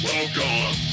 Welcome